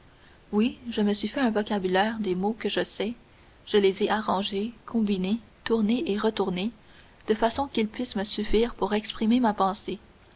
oui je me suis fait un vocabulaire des mots que je sais je les ai arrangés combinés tournés et retournés de façon qu'ils puissent me suffire pour exprimer ma pensée